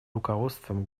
руководством